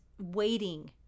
waiting